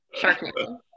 Sharknado